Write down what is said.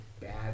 bad